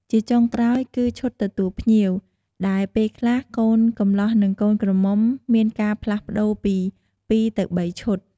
ជាចុងក្រោយ គឺឈុតទទួលភ្ញៀវ ដែលពេលខ្លះកូនកំលោះនិងកូនក្រមុំមានការផ្លាស់ប្តូរពី ពីរទៅបីឈុត។